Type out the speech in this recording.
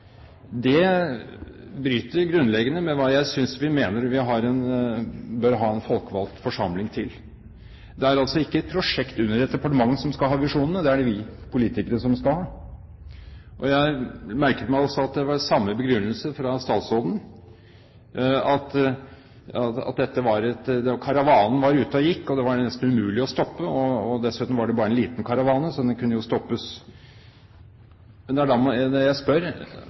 Det bryter grunnleggende med hva jeg mener vi bør ha en folkevalgt forsamling til. Det er ikke et prosjekt under et departement som skal ha visjonene, det er det vi politikere som skal ha. Jeg merket meg også at det var samme begrunnelse fra statsråden, at karavanen var ute og gikk, og den var nesten umulig å stoppe. Dessuten var det bare en liten karavane, så den kunne jo stoppes. Men det er da jeg spør: